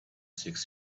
six